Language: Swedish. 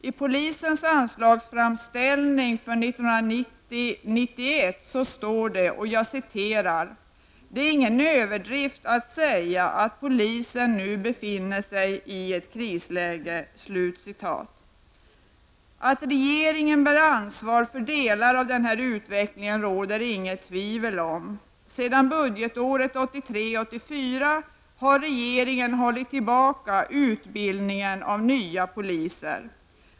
I polisens anslagsframställning för 1990 84 har regeringen hållit tillbaka utbildningen av nya poliser.